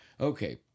Okay